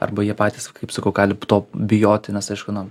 arba jie patys va kaip sakau gali to bijoti nes aišku nu